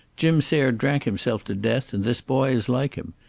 jim sayre drank himself to death, and this boy is like him.